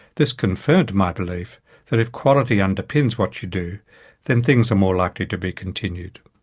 this confirmed my belief that if quality underpins what you do then things are more likely to be continued.